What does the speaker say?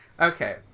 okay